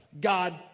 God